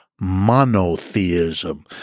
monotheism